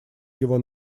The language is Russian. его